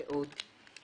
ועוד.